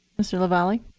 mr. lavalley?